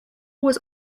was